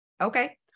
Okay